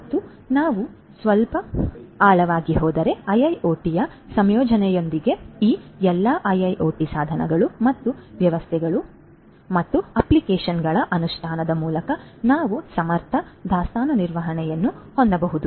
ಮತ್ತು ನಾವು ಸ್ವಲ್ಪ ಆಳವಾಗಿ ಹೋದರೆ IIoT ಯ ಸಂಯೋಜನೆಯೊಂದಿಗೆ ಈ ಎಲ್ಲಾ IIoT ಸಾಧನಗಳು ಮತ್ತು ವ್ಯವಸ್ಥೆಗಳು ಮತ್ತು ಅಪ್ಲಿಕೇಶನ್ಗಳ ಅನುಷ್ಠಾನದ ಮೂಲಕ ನಾವು ಸಮರ್ಥ ದಾಸ್ತಾನು ನಿರ್ವಹಣೆಯನ್ನು ಹೊಂದಬಹುದು